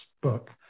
book